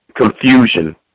confusion